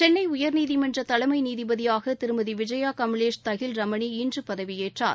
சென்னை உயர்நீதிமன்ற தலைமை நீதிபதியாக திருமதி விஜயா கமலேஷ் தஹில் ரமணி இன்று பதவியேற்றார்